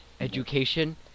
education